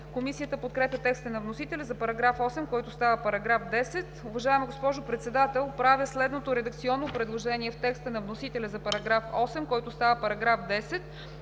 Комисията подкрепя текста на вносителя за § 8, който става § 10. Уважаема госпожо Председател, правя следното редакционно предложение в текста на вносителя за § 8, който става § 10: